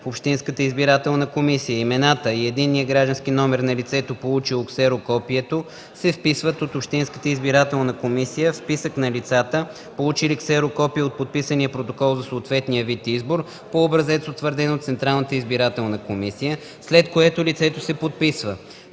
в общинската избирателна комисия. Имената и единният граждански номер на лицето, получило ксерокопието, се вписват от общинската избирателна комисия в списък на лицата, получили ксерокопие от подписания протокол за съответния вид избор, по образец, утвърден от Централната избирателна комисия, след което лицето се подписва.